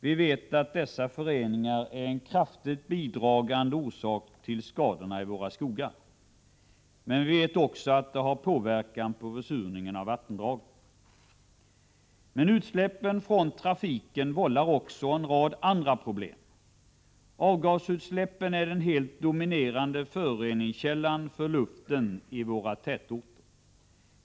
Vi vet också att dessa föreningar är en kraftigt bidragande orsak till skadorna i våra skogar. De påverkar också försurningen av vattendragen. Men utsläppen från trafiken vållar också en rad andra problem. Avgasutsläppen är en helt dominerande föroreningskälla när det gäller luften i våra tätorter.